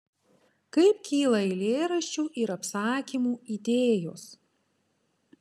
kaip kyla eilėraščių ir apsakymų idėjos